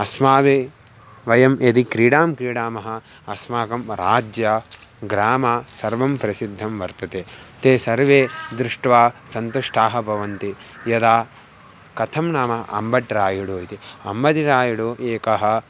अस्माभिः वयं यदि क्रीडां क्रीडामः अस्माकं राज्यं ग्रामः सर्वं प्रसिद्धं वर्तते ते सर्वे दृष्ट्वा सन्तुष्टाः भवन्ति यदा कथं नाम अम्बट् रायुडु इति अम्बजिरायुडु एकः